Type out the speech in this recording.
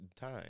time